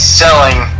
selling